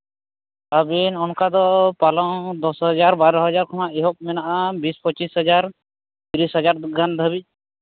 ᱟᱹᱵᱤᱱ ᱚᱱᱠᱟ ᱫᱚ ᱯᱟᱞᱚᱝ ᱫᱚᱥ ᱦᱟᱡᱟᱨ ᱵᱟᱨᱚ ᱦᱟᱡᱟᱨ ᱠᱷᱚᱱᱟᱜ ᱮᱦᱚᱵ ᱢᱮᱱᱟᱜᱼᱟ ᱵᱤᱥ ᱯᱚᱸᱪᱤᱥ ᱦᱟᱡᱟᱨ ᱛᱤᱨᱤᱥ ᱦᱟᱡᱟᱨ ᱜᱟᱱ ᱫᱷᱟᱹᱨᱤᱡ